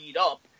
up